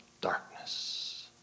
darkness